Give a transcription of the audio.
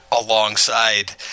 alongside